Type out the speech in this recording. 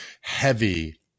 heavy